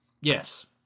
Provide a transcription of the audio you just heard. Yes